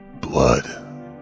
blood